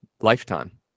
Lifetime